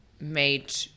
made